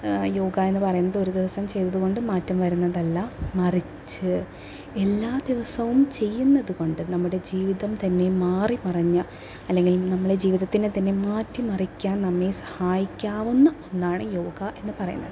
യോഗ എന്ന് പറയുന്നത് ഒരു ദിവസം ചെയ്തതു കൊണ്ട് മാറ്റം വരുന്നതല്ല മറിച്ച് എല്ലാം ദിവസവും ചെയ്യുന്നത് കൊണ്ട് നമ്മുടെ ജീവിതം തന്നെ മാറി മറിഞ്ഞ അല്ലെങ്കിൽ നമ്മുടെ ജീവിതത്തിനെ തന്നെ മാറ്റി മറിക്കാൻ നമ്മെ സഹായിക്കാവുന്ന ഒന്നാണ് യോഗ എന്ന് പറയുന്നത്